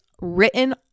written